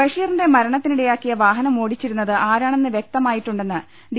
ബഷീറിന്റെ മരണത്തിനിടയാക്കിയ വാഹനം ഓടിച്ചിരുന്നത് ആരാണെന്ന് വൃക്തമായിട്ടുണ്ടെന്ന് ഡി